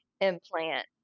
implant